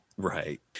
Right